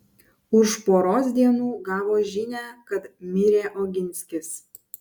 už poros dienų gavo žinią kad mirė oginskis